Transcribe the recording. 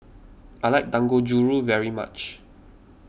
I like Dangojiru very much